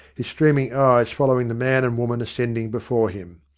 his streaming eyes following the man and woman ascending before him.